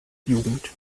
jugend